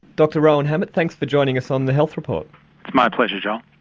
dr rohan hammett thanks for joining us on the health report. it's my pleasure joel.